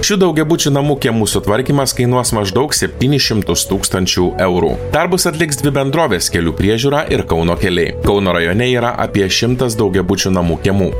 šių daugiabučių namų kiemų sutvarkymas kainuos maždaug septynis šimtus tūkstančių eurų darbus atliks dvi bendrovės kelių priežiūra ir kauno keliai kauno rajone yra apie šimtas daugiabučių namų kiemų